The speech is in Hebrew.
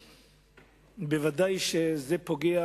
ודאי שזה פוגע,